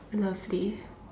lovely